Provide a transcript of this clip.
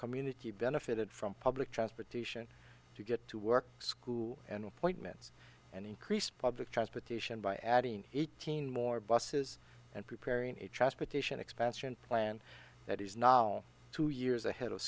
community benefited from public transportation to get to work school and appointments and increased public transportation by adding eighteen more buses and preparing a transportation expansion plan that is no two years ahead of